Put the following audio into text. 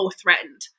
threatened